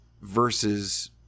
versus